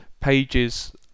pages